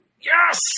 yes